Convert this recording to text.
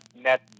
net